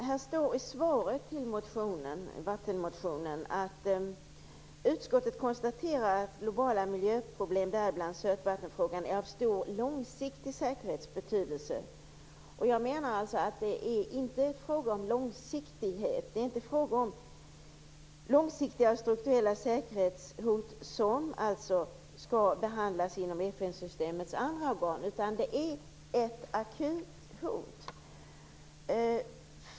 Herr talman! I svaret på vattenmotionen står det att utskottet konstaterar att globala miljöproblem, däribland sötvattenfrågan, är av stor långsiktig säkerhetsbetydelse. Jag menar alltså att det här inte är fråga om långsiktighet, om långsiktiga strukturella säkerhetshot som alltså skall behandlas inom FN-systemets andra organ. Det är ett akut hot.